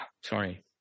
sorry